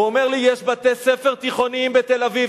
הוא אומר לי: יש בתי-ספר תיכוניים בתל-אביב,